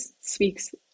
speaks